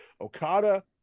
Okada